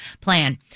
plan